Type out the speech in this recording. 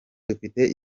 dufite